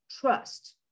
trust